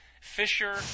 Fisher